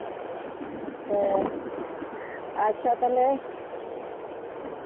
ᱦᱮᱸ ᱟᱪᱪᱷᱟ ᱛᱟᱦᱞᱮ